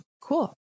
cool